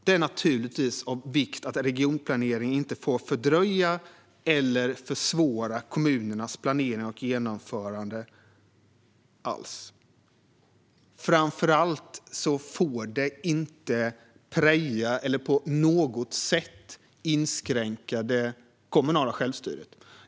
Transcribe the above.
Det är naturligtvis av vikt att regionplaneringen inte får fördröja eller försvåra kommunernas planering och genomförande på något sätt. Framför allt får den inte preja eller på något sätt inskränka det kommunala självstyret.